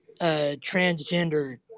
transgender